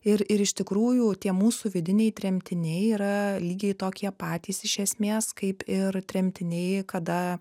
ir ir iš tikrųjų tie mūsų vidiniai tremtiniai yra lygiai tokie patys iš esmės kaip ir tremtiniai kada